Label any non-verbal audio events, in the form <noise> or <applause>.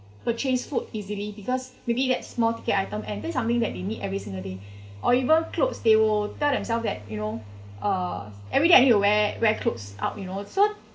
purchase food easily because maybe that small ticket item and something that you need every single day <breath> or even clothes they will tell themselves that you know uh everyday I need to wear wear clothes out you know so